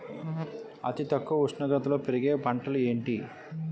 అతి తక్కువ ఉష్ణోగ్రతలో పెరిగే పంటలు ఏంటి?